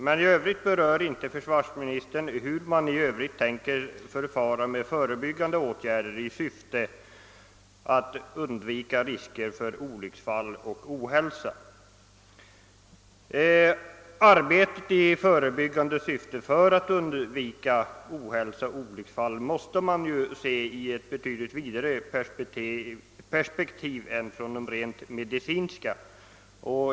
Men i Övrigt anger inte försvarsministern vilka åtgärder i förebyggande syfte man avser att vidta för att undvika risker för olycksfall och ohälsa. Det förebyggande arbetet för att undvika ohälsa och olycksfall måste ses i ett betydligt vidare perspektiv än det rent medicinska.